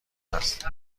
است